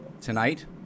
tonight